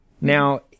Now